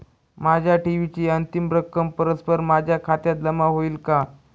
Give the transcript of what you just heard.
माझ्या ठेवीची अंतिम रक्कम परस्पर माझ्या खात्यात जमा होईल का?